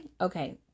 Okay